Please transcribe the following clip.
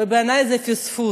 ובעיני זה פספוס,